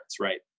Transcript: right